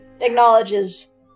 acknowledges